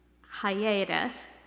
hiatus